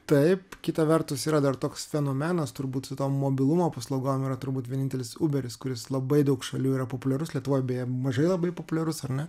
taip kita vertus yra dar toks fenomenas turbūt to mobilumo paslaugom yra turbūt vienintelis uberis kuris labai daug šalių yra populiarus lietuvoj bei mažai labai populiarus ar ne